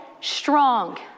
strong